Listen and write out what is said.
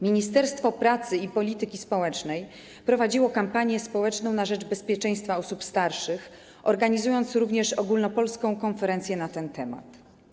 Ministerstwo pracy i polityki społecznej prowadziło kampanię społeczną na rzecz bezpieczeństwa osób starszych, organizując również ogólnopolską konferencję na ten temat.